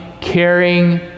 caring